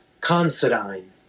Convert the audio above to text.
Considine